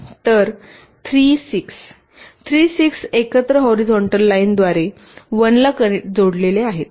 तर 3 6 3 6 एकत्र हॉरीझॉन्टल लाईनद्वारे 1 ला जोडलेले आहे